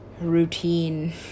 routine